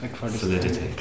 Solidity